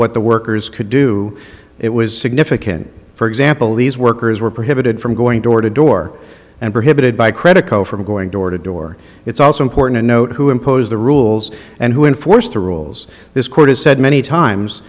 what the workers could do it was significant for example these workers were prohibited from going door to door and prohibited by credico from going door to door it's also important to note who impose the rules and who enforce the rules this court has said many times